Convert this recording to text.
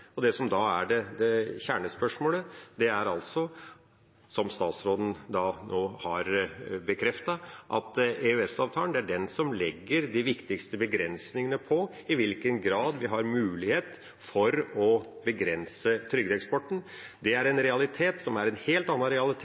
som da er kjernespørsmålet, er, som statsråden nå har bekreftet, at EØS-avtalen er den som legger de viktigste begrensningene på i hvilken grad vi har mulighet for å begrense trygdeeksporten. Det er en realitet som er en helt annen realitet